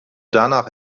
danach